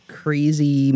crazy